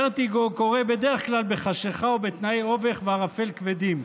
ורטיגו קורה בדרך כלל בחשכה ובתנאי אובך וערפל כבדים.